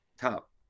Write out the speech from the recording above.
top